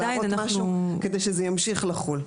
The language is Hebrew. אלא להראות משהוא כדי שזה ימשיך לחול.